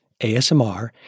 ASMR